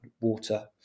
water